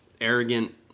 arrogant